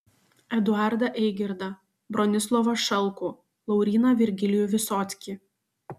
eduardą eigirdą bronislovą šalkų lauryną virgilijų visockį